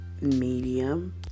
medium